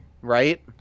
right